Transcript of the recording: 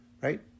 right